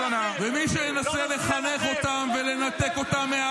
ואתם יושבים ושותקים כולם?